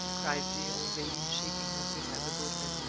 cried the old lady, shaking her fist at the boatmen.